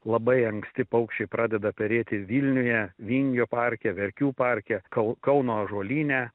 labai anksti paukščiai pradeda perėti vilniuje vingio parke verkių parke kau kauno ąžuolyne